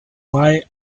buy